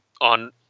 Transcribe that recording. on